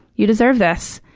you deserve this.